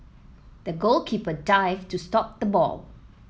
the goalkeeper dived to stop the ball